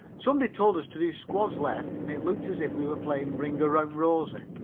somebody told us to do squads left and it looked as if we were playing ring around rosie.